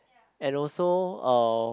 and also uh